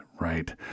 right